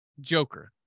joker